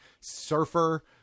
Surfer